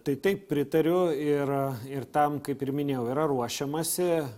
tai taip pritariu ir ir tam kaip ir minėjau yra ruošiamasi